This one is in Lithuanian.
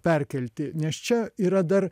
perkelti nes čia yra dar